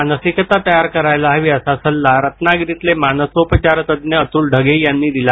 मानसिकता तयार करायला हवी असा सल्ला रत्नागिरीतले मानसोपचार तज्ज्ञ अतुल ढगे यांनी दिला